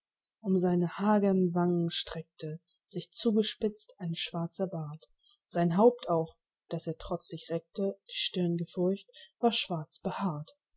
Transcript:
um seine hagern wangen streckte sich zugespitzt ein schwarzer bart sein haupt auch das er trotzig reckte die stirn gefurcht war schwarz behaart